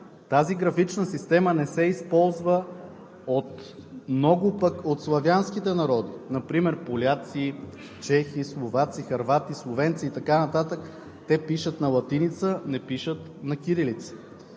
тази графична система не се използва пък от много от славянските народи – например поляци, чехи, словаци, хървати, словенци и така нататък. Те пишат на латиница, не пишат на кирилица,